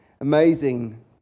amazing